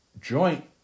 joint